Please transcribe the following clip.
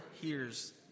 hears